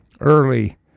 early